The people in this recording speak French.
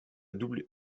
double